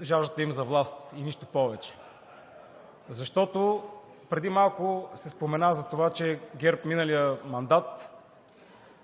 жаждата им за власт и нищо повече. Защото преди малко се спомена за това, че ГЕРБ миналия мандат